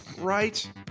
right